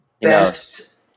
Best